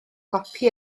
gopi